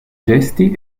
gesti